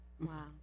Wow